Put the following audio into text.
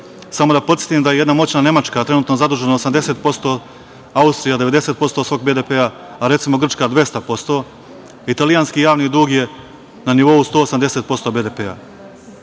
Samo da podsetim da je jedna moćna Nemačka trenutno zadužena 80%, Austrija 90% svog BDP-a, a recimo, Grčka 200%. Italijanski javni dug je na nivou od 180% BDP-a. Jedan